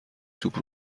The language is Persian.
توپ